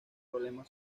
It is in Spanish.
problemas